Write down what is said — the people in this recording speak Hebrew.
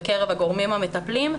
בקרב הגורמים המטפלים,